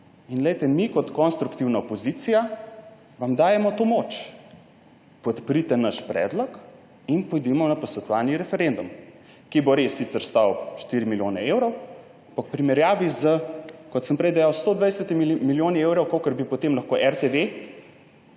In, glejte, mi kot konstruktivna opozicija vam dajemo to moč. Podprite naš predlog in pojdimo na posvetovalni referendum, ki bo res sicer stal 4 milijone evrov, ampak v primerjavi s, kot sem prej dejal, 120 milijoni evrov, kolikor bi potem lahko RTV,